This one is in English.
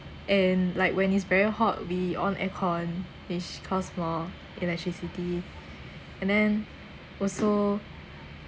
and like when is very hot we on aircon which cost more electricity and then also